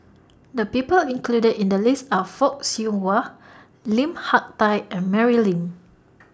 The People included in The list Are Fock Siew Wah Lim Hak Tai and Mary Lim